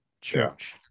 church